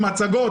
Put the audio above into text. מצגות.